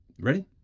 Ready